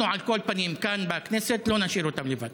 אנחנו, על כל פנים, כאן בכנסת, לא נשאיר אותם לבד.